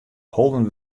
holden